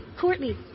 Courtney